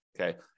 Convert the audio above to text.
Okay